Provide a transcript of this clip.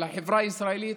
על החברה הישראלית,